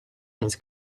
his